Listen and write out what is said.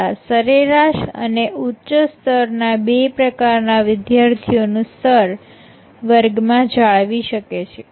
તથા સરેરાશ અને ઉચ્ચ સ્તરના બે પ્રકારના વિદ્યાર્થીઓ નું સ્તર વર્ગમાં જાળવી શકે છે